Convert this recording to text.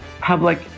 public